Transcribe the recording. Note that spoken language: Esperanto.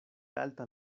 alta